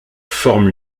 forme